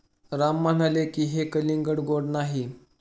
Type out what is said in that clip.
राम म्हणाले की, हे कलिंगड गोड नाही